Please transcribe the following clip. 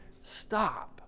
stop